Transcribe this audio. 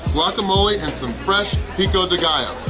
guacamole, and some fresh pico de gallo,